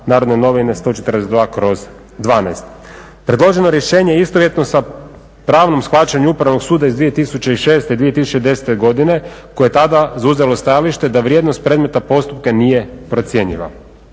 Narodne novine 142/12. Predloženo rješenje istovjetno sa pravnim shvaćanjem upravnog suda iz 2006./2010. godine koje je tada zauzelo stajalište da vrijednost predmeta postupka nije procjenjiva.